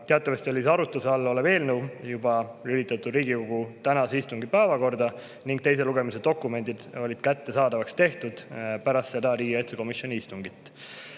teatavasti oli arutluse all olev eelnõu juba lülitatud Riigikogu tänase istungi päevakorda ning teise lugemise dokumendid olid pärast seda riigikaitsekomisjoni istungit